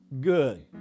good